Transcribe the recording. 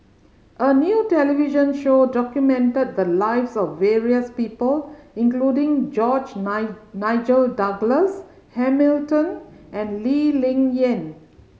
a new television show documented the lives of various people including George Nine Nigel Douglas Hamilton and Lee Ling Yen